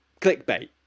clickbait